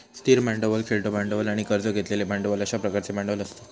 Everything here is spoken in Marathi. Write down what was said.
स्थिर भांडवल, खेळतो भांडवल आणि कर्ज घेतलेले भांडवल अश्या प्रकारचे भांडवल असतत